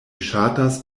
ŝatas